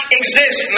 exist